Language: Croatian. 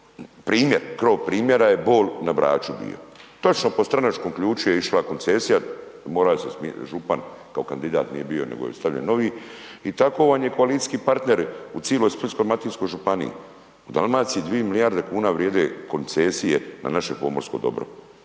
primjer, gro primjera je Bol na Braču bio. Točno po stranačkom ključu je išla koncesija, morao se smijeniti, župan, kao kandidat nije bio nego je stavljen novi i tako vam je koalicijski partneri u cijeloj Splitsko-dalmatinskoj županiji, u Dalmaciji 2 milijarde kuna vrijeme koncesije na naše pomorsko dobro.